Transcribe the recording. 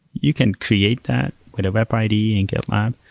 you can create that with a web id in gitlab.